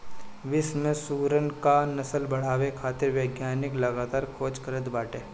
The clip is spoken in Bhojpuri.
विश्व में सुअरन क नस्ल बढ़ावे खातिर वैज्ञानिक लगातार खोज करत बाटे